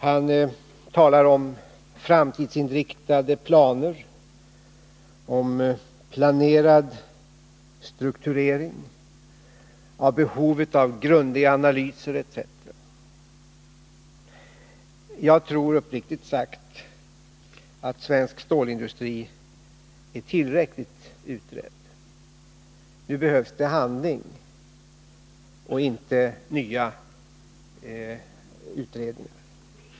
Han talar om framtidsinriktade planer, om planerad strukturering, om behovet av grundliga analyser etc. Jag tror uppriktigt sagt att svensk stålindustri är tillräckligt utredd. Nu behövs det handling och inte nya utredningar.